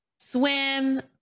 swim